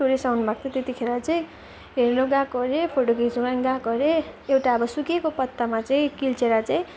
tourist आउनु भएको थियो त्यतिखेर चाहिँ हेर्नु गएको हरे फोटो खिच्नु गएको हरे एउटा अब सुकेको पत्तामा चाहिँ कुल्चेर चाहिँ